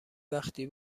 وقتی